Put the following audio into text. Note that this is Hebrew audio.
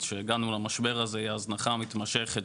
שהגענו למשבר הזה היא ההזנחה המתמשכת.